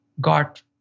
got